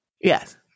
yes